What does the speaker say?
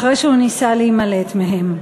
אחרי שהוא ניסה להימלט מהם.